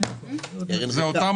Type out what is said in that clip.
אלו אותן